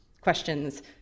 questions